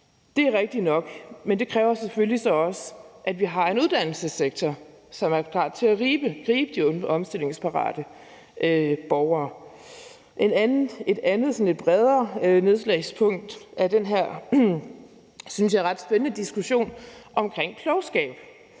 Det er rigtigt nok, men det kræver selvfølgelig også, at vi har en uddannelsessektor, som er parat til at gribe de unge omstillingsparate borgere. Et andet sådan lidt bredere nedslagspunkt er den her, synes jeg, ret spændende diskussion om klogskab,